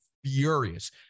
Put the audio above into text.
furious